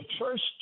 first